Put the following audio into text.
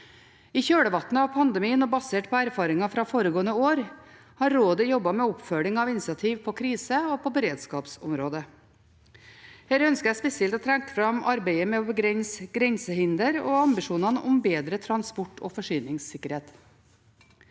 I kjølvannet av pandemien og basert på erfaringer fra foregående år har rådet jobbet med oppfølging av initiativ på krise- og beredskapsområdet. Her ønsker jeg spesielt å trekke fram arbeidet med å begrense grensehinder og ambisjonene om bedre transport- og forsyningssikkerhet.